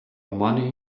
money